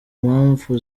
mpamvu